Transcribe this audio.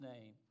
name